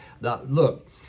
Look